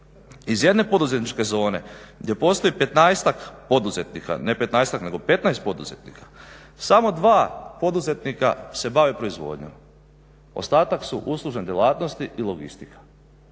15-ak poduzetnika, ne 15-ak nego 15 poduzetnika samo 2 poduzetnika se bave proizvodnjom. Ostatak su uslužne djelatnosti i logistika.